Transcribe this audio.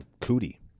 Cootie